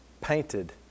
painted